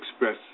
express